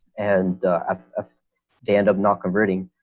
and i do end up not converting,